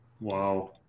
Wow